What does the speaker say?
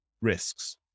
risks